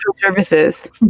services